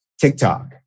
TikTok